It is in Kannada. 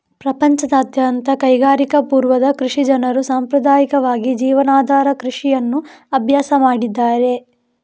ಪ್ರಪಂಚದಾದ್ಯಂತದ ಕೈಗಾರಿಕಾ ಪೂರ್ವದ ಕೃಷಿ ಜನರು ಸಾಂಪ್ರದಾಯಿಕವಾಗಿ ಜೀವನಾಧಾರ ಕೃಷಿಯನ್ನು ಅಭ್ಯಾಸ ಮಾಡಿದ್ದಾರೆ